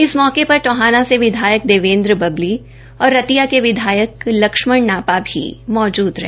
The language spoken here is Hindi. इस मौके पर टोहाना से विधायक देवेद्र बबली और रतिया के विधायक लक्ष्मण नापा भी मौजूद रहे